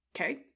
Okay